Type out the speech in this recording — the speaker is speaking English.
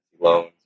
loans